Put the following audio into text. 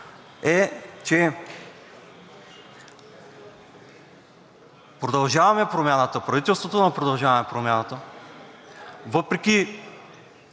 е, че „Продължаваме Промяната“, правителството на „Продължаваме Промяната“ въпреки